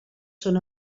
són